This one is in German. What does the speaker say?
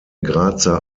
grazer